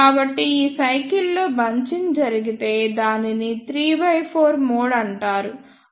కాబట్టి ఈ సైకిల్ లో బంచింగ్ జరిగితే దానిని 34 మోడ్ అంటారు